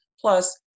Plus